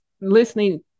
listening